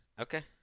Okay